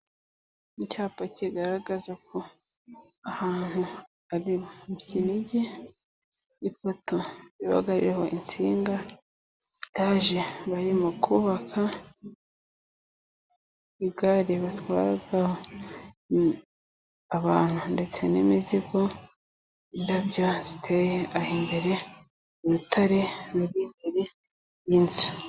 Icyapa kigaragaza ko aha hantu ari mu Kinigi. Ipoto igaragaraho insinga. Etage barimo kubaka, Gare batwara abantu ndetse n'imizigo. Indabo ziteye aho imbere urutare .....inzu.